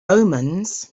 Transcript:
omens